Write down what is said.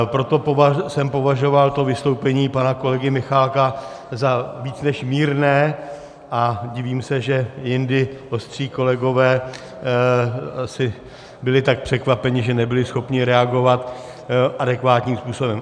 Proto jsem považoval vystoupení pana kolegy Michálka za víc než mírné a divím se, že jindy ostří kolegové asi byli tak překvapeni, že nebyli schopni reagovat adekvátním způsobem.